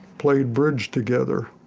played bridge together,